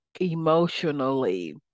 emotionally